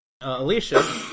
Alicia